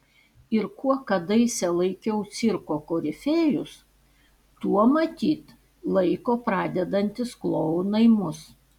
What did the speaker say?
ir kuo kadaise laikiau cirko korifėjus tuo matyt laiko pradedantys klounai mus